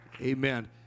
Amen